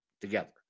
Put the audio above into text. together